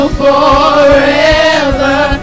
forever